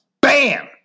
Bam